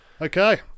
Okay